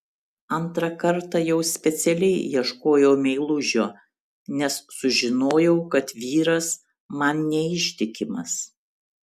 antrą kartą jau specialiai ieškojau meilužio nes sužinojau kad vyras man neištikimas